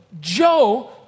Joe